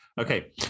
okay